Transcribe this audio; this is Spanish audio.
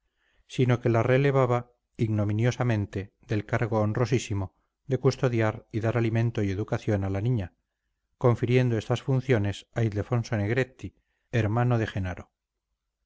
sino que la relevaba ignominiosamente del cargo honrosísimo de custodiar y dar alimento y educación a la niña confiriendo estas funciones a ildefonso negretti hermano de jenaro